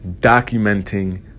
documenting